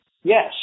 Yes